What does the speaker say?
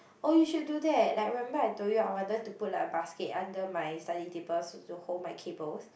oh you should do that like remember I told you I wanted to put like a basket under my study table so to hold my cables